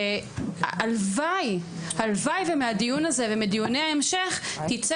והלוואי ומהדיון הזה ומדיוני ההמשך תצא